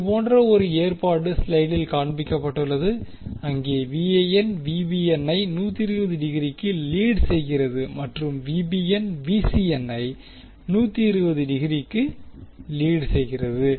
இருபோன்ற ஒரு ஏற்பாடு ஸ்லைடில் காண்பிக்கப்பட்டுள்ளது அங்கே ஐ 120 டிகிரிக்கு லீட் செய்கிறது மற்றும் ஐ 120 டிகிரிக்கு லீட் செய்கிறது